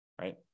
right